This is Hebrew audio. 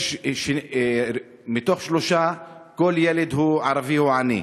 ערבי שלישי הוא עני.